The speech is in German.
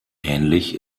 ähnlich